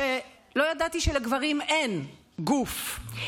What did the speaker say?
לא ידעתי שלגברים אין גוף.